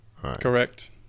Correct